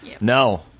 No